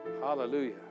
Hallelujah